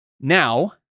Now